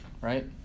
right